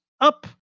up